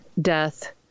death